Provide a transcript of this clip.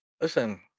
Listen